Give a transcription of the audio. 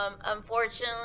Unfortunately